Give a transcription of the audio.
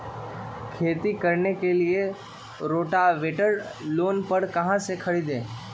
खेती करने के लिए रोटावेटर लोन पर कहाँ से खरीदे?